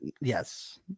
Yes